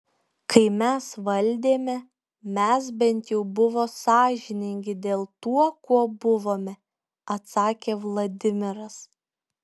kai mes valdėme mes bent jau buvo sąžiningi dėl tuo kuo buvome atsakė vladimiras